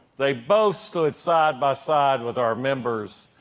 they both stood side by side with our members,